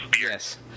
Yes